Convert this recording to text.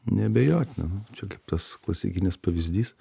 neabejotina čia kaip tas klasikinis pavyzdys